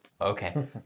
Okay